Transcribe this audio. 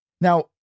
Now